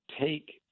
take